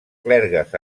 clergues